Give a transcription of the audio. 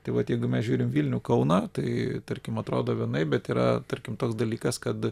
tai vat jeigu mes žiūrim vilnių kauną tai tarkim atrodo vienaip bet yra tarkim toks dalykas kad